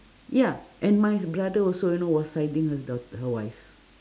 ya and my brother also you know was siding his daugh~ her wife